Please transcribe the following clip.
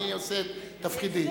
אני עושה את תפקידי.